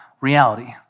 reality